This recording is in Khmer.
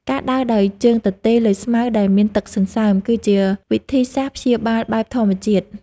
ការដើរដោយជើងទទេលើស្មៅដែលមានទឹកសន្សើម គឺជាវិធីសាស្ត្រព្យាបាលបែបធម្មជាតិ។